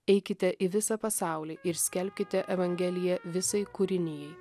eikite į visą pasaulį ir skelbkite evangeliją visai kūrinijai